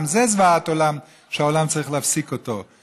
גם זו זוועת עולם שהעולם צריך להפסיק אותה,